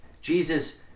Jesus